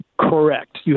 Correct